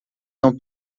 são